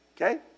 Okay